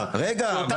קינלי.